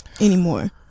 anymore